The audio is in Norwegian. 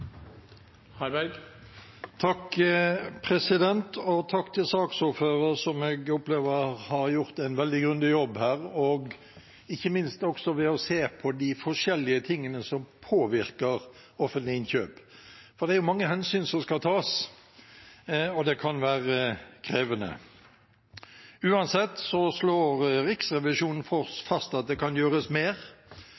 Takk til saksordføreren, som jeg opplever har gjort en veldig grundig jobb her, ikke minst også ved å se på de forskjellige tingene som påvirker offentlige innkjøp. Det er mange hensyn som skal tas, og det kan være krevende. Uansett slår Riksrevisjonen